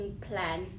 plan